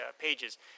pages